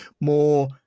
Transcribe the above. more